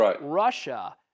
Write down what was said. Russia